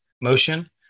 motion